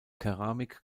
keramik